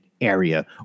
area